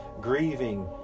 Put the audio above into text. grieving